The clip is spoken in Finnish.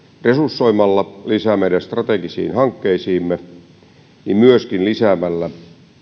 resursoimalla lisää meidän strategisiin hankkeisiimme myöskin lisäämällä